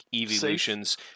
evolutions